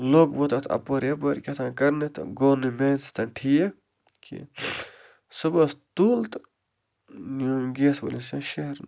لوگ مےٚ تَتھ اَپٲرۍ یپٲرۍ کہتانۍ کَرنہِ تہٕ گوٚو نہٕ میانہِ سۭتٮ۪ن ٹھیٖک کیٚنٛہہ صبحس تُل تہٕ نیوٗم گیس وٲلِس نِش شٮ۪رنہِ